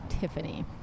Tiffany